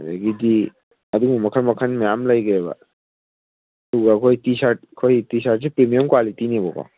ꯑꯗꯒꯤꯗꯤ ꯑꯗꯨꯒꯨꯝꯕ ꯃꯈꯟ ꯃꯈꯟ ꯃꯌꯥꯝ ꯂꯩꯈ꯭ꯔꯦꯕ ꯑꯗꯨꯒ ꯑꯩꯈꯣꯏ ꯇꯤ ꯁꯥꯔꯠ ꯑꯩꯈꯣꯏ ꯇꯤ ꯁꯥꯔꯠꯁꯦ ꯄ꯭ꯔꯤꯃꯤꯌꯝ ꯀ꯭ꯋꯥꯂꯤꯇꯤꯅꯦꯕꯀꯣ